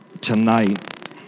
tonight